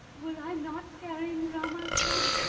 were i not carrying rama's sons,